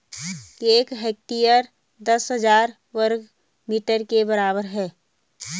एक हेक्टेयर दस हजार वर्ग मीटर के बराबर है